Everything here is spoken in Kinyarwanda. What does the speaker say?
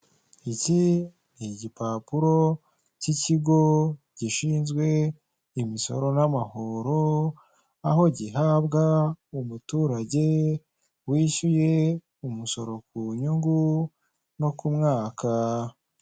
Inkuru igaragaza abantu bari kwamamaza umukandida dogiteri Habineza furaka mu matora ya perezida w'umukuru w'igihugu cy'u Rwanda.